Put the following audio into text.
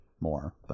more